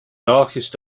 darkest